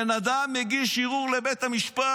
הבן אדם הגיש ערעור לבית המשפט.